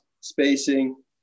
spacing